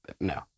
No